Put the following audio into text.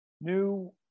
new